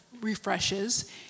refreshes